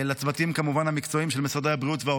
כמובן לצוותים המקצועיים של משרדי הבריאות,